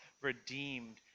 redeemed